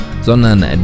sondern